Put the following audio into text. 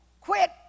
Quit